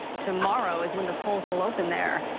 tomorrow is when the polls will open there.